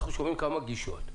אנחנו שומעים כמה גישות.